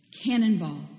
cannonball